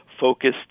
focused